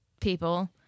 people